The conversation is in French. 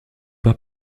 pas